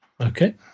Okay